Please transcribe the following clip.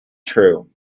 true